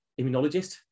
immunologist